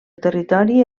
territori